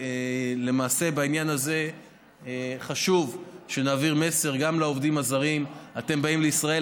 ולמעשה בעניין הזה חשוב שנעביר מסר גם לעובדים הזרים: אתם באים לישראל,